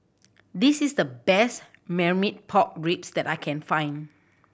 this is the best Marmite Pork Ribs that I can find